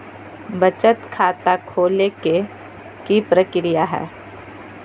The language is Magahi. बचत खाता खोले के कि प्रक्रिया है?